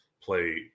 play